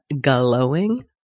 glowing